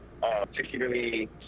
particularly